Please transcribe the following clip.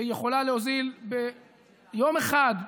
והיא יכולה להוזיל ביום אחד.